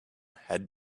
had